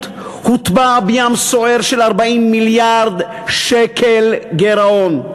הוטבע בים סוער של 40 מיליארד שקל גירעון.